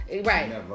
Right